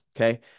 okay